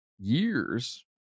years